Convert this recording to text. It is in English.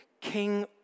King